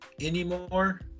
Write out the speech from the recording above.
anymore